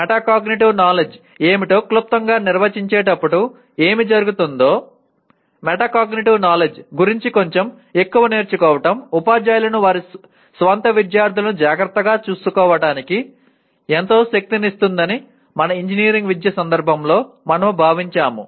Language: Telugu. మెటాకాగ్నిటివ్ నాలెడ్జ్ ఏమిటో క్లుప్తంగా నిర్వచించేటప్పుడు ఏమి జరుగుతుందో మెటాకాగ్నిటివ్ నాలెడ్జ్ గురించి కొంచెం ఎక్కువ నేర్చుకోవడం ఉపాధ్యాయులను వారి స్వంత విద్యార్థులను జాగ్రత్తగా చూసుకోవటానికి ఎంతో శక్తినిస్తుందని మన ఇంజనీరింగ్ విద్య సందర్భంలో మనము భావించాము